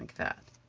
like that.